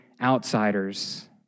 outsiders